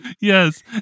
yes